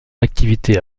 activité